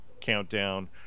countdown